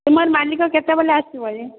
ତୁମର ମାଲିକ କେତେବେଳେ ଆସିବ ଯେ